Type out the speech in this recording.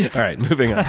yeah right, moving on.